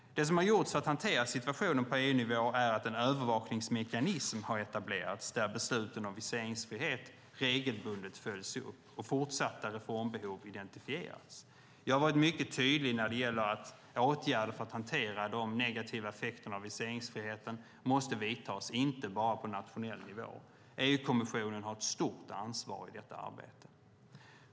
Det som har gjorts för att hantera situationen på EU-nivå är att en övervakningsmekanism har etablerats, där besluten om viseringsfrihet regelbundet följs upp och fortsatta reformbehov identifieras. Jag har varit mycket tydlig när det gäller att åtgärder för att hantera de negativa effekterna av viseringsfriheten måste vidtas, inte bara på nationell nivå. EU-kommissionen har ett stort ansvar i detta arbete.